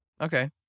Okay